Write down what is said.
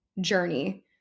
journey